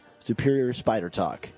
SuperiorSpiderTalk